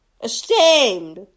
Ashamed